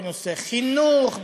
בנושא חינוך,